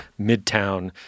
midtown